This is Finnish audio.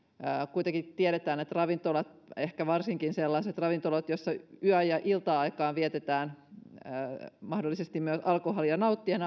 kuitenkin tiedetään että ehkä varsinkin sellaisissa ravintoloissa joissa yö ja ilta aikaa vietetään mahdollisesti myös alkoholia nauttien